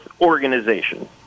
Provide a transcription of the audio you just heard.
organization